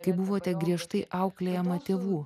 kai buvote griežtai auklėjama tėvų